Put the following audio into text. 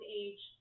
age